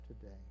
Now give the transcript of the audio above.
today